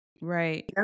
Right